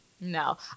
No